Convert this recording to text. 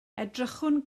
edrychwn